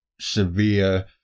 severe